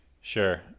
Sure